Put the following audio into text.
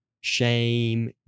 shame